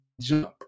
jump